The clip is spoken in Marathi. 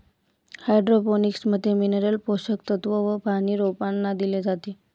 हाइड्रोपोनिक्स मध्ये मिनरल पोषक तत्व व पानी रोपांना दिले जाते